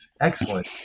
excellent